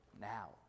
now